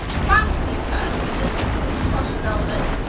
fancy terms, this is called crushed velvet,